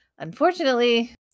Unfortunately